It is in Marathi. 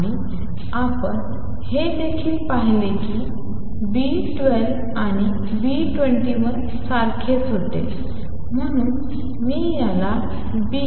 आणि आपण हे देखील पाहिले की B12आणि B21 सारखेच होते म्हणून मी याला B